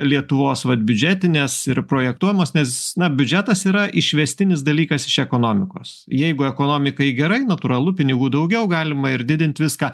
lietuvos vat biudžetinės ir projektuojamos nes na biudžetas yra išvestinis dalykas iš ekonomikos jeigu ekonomikai gerai natūralu pinigų daugiau galima ir didint viską